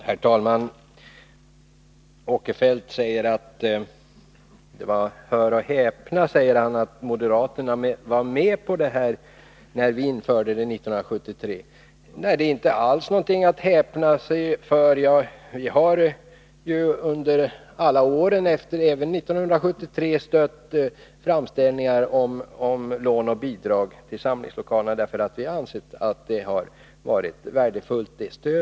Herr talman! Hör och häpna! Moderaterna var med på att vi 1973 införde det statliga stödet till samlingslokaler, säger Sven Eric Åkerfeldt. Det är inte alls något att häpna över. Vi har under alla år, även efter 1973, stött framställningar om lån och bidrag till samlingslokaler, då vi har ansett att stödet har varit värdefullt.